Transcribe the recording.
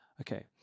Okay